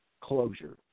Closure